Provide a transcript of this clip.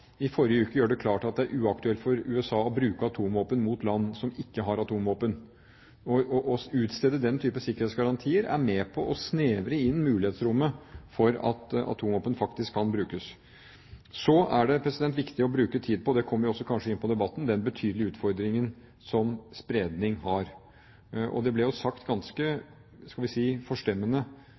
i forrige uke gjorde det klart at det er uaktuelt for USA å bruke atomvåpen mot land som ikke har atomvåpen. Å utstede den type sikkerhetsgarantier er med på å snevre inn mulighetsrommet for at atomvåpen faktisk kan brukes. Så er det viktig å bruke tid på – og det kommer vi kanskje også inn på i debatten – den betydelige utfordringen som spredning har. Og det ble jo ganske